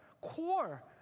core